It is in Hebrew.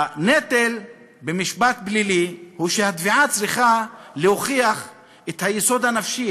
הנטל במשפט פלילי הוא שהתביעה צריכה להוכיח את היסוד הנפשי,